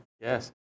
Yes